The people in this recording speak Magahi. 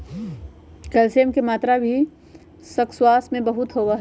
कैल्शियम के मात्रा भी स्क्वाश में बहुत होबा हई